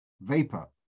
vapor